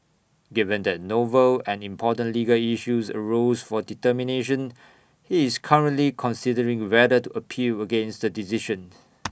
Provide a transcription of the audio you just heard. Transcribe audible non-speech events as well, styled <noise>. given that novel and important legal issues arose for determination he is currently considering whether to appeal against decision <noise>